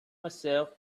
myself